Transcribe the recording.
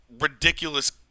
ridiculous